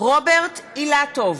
רוברט אילטוב,